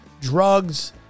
drugs